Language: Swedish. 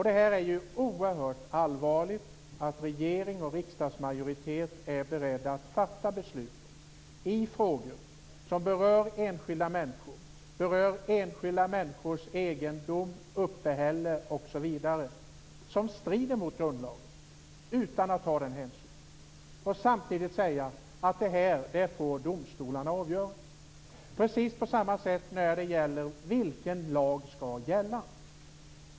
Det är ju oerhört allvarligt att regeringen och riksdagsmajoriteten är beredda att fatta beslut i frågor som berör enskilda människor och deras egendom och uppehälle som strider mot grundlagen. Man tar inte den hänsynen, och samtidigt säger man att domstolarna får avgöra detta. Det är precis på samma sätt när det gäller vilken lag som skall gälla.